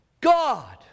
God